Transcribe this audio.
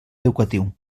educatiu